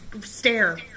stare